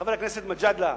וחבר הכנסת מג'אדלה,